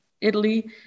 Italy